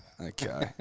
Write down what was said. Okay